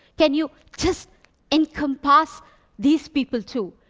can you just encompass these people too?